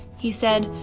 he said,